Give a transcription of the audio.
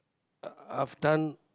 uh I've done